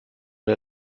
der